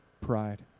pride